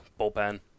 bullpen